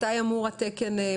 מתי אמור התקן לצאת לפועל?